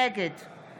נגד